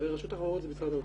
זה משרד האוצר.